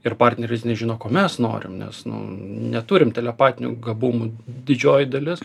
ir partneris nežino ko mes norim nes nu neturim telepatinių gabumų didžioji dalis